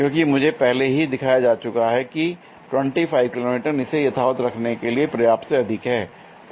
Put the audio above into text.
क्योंकि मुझे पहले ही दिखाया जा चुका हैकि 25 किलो न्यूटन इसे यथावत रखने के लिए पर्याप्त से अधिक है